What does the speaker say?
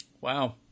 Wow